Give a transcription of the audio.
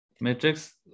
Matrix